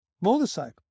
motorcycle